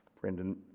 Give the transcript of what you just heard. Brendan